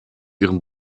ihren